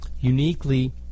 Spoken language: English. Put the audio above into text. uniquely